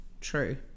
true